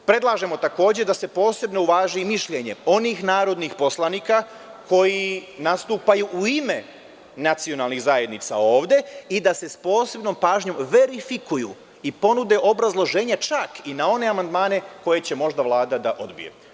Predlažemo takođe da se posebno uvaži mišljenje onih narodnih poslanika koji nastupaju u ime nacionalnih zajednica ovde i da se sa posebnom pažnjom verifikuju i ponude obrazloženja čak i na one amandmane koje će možda Vlada da odbije.